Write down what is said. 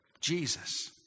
Jesus